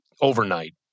overnight